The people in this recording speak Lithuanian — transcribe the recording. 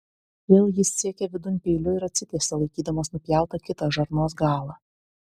vėl jis siekė vidun peiliu ir atsitiesė laikydamas nupjautą kitą žarnos galą